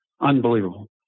Unbelievable